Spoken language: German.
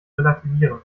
relativieren